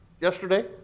yesterday